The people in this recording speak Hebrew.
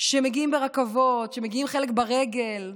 שמגיעים ברכבות, שמגיעים חלק ברגל.